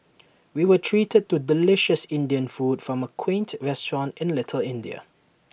we were treated to delicious Indian food from A quaint restaurant in little India